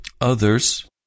Others